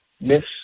miss